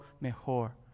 mejor